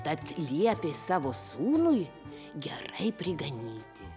tad liepė savo sūnui gerai priganyti